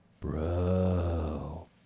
Bro